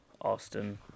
Austin